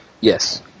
Yes